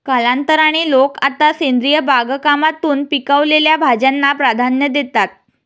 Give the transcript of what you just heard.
कालांतराने, लोक आता सेंद्रिय बागकामातून पिकवलेल्या भाज्यांना प्राधान्य देतात